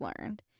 learned